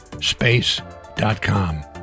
Space.com